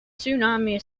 tsunami